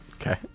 Okay